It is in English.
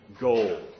goal